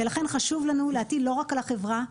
ולכן חשוב לנו להטיל לא רק על החברה,